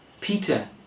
Peter